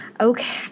Okay